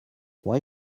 why